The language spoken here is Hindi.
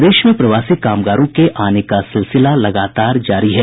प्रदेश में प्रवासी कामगारों के आने का सिलसिला लगातार जारी है